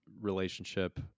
relationship